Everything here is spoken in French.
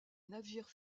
navires